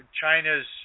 China's